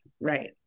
Right